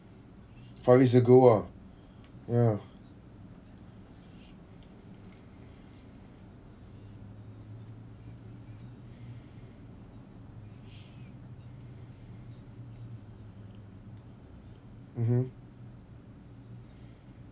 five years ago ah ya mmhmm